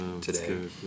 today